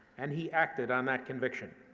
and he acted on that conviction.